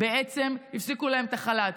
בעצם הפסיקו להם את החל"ת.